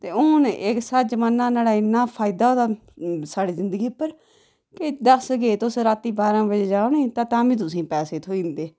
ते हून इक शा जमाना न्हाड़ा इन्ना फैदा होए दा साढ़े जिंदगी पर दस केह् तुस रातीं बाह्रां बजे तक्कर जाओ निं ताम्मीं तुसेंगी पैसे थ्होई जंदे